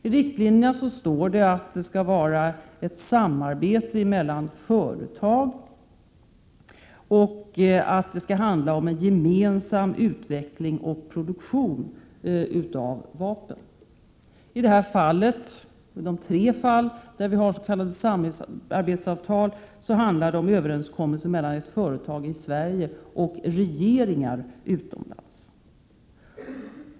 I riktlinjerna står det att det skall vara ett samarbete mellan företag och att det skall handla om en gemensam utveckling och produktion av vapen. I de tre fall där vi har s.k. samarbetsavtal handlar det om överenskommelser mellan ett företag i Sverige och regeringar utomlands.